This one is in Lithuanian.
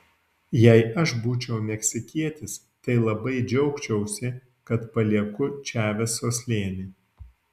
jei aš būčiau meksikietis tai labai džiaugčiausi kad palieku čaveso slėnį